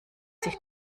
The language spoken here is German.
sich